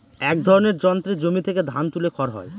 এক ধরনের যন্ত্রে জমি থেকে ধান তুলে খড় হয়